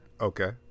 Okay